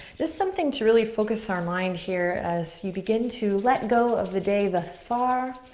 just something to really focus our mind here as you begin to let go of the day thus far.